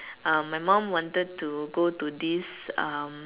uh my mom wanted to go to this um